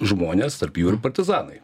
žmonės tarp jų ir partizanai